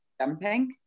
jumping